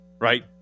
right